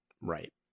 right